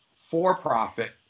for-profit